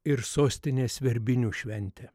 ir sostinės verbinių šventę